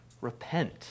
Repent